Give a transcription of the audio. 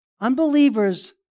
Unbelievers